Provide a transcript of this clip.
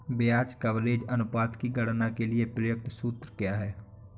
ब्याज कवरेज अनुपात की गणना के लिए प्रयुक्त सूत्र क्या है?